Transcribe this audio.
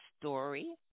story